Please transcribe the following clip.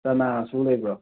ꯆꯅꯥꯁꯨ ꯂꯩꯕ꯭ꯔꯣ